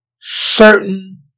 certain